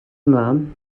ymlaen